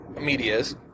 medias